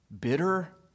bitter